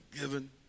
given